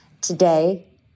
Today